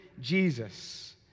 Jesus